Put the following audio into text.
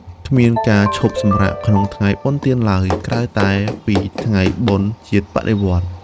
គ្មានការឈប់សម្រាកក្នុងថ្ងៃបុណ្យទានឡើយ ក្រៅតែពីថ្ងៃបុណ្យជាតិបដិវត្តន៍។